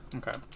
okay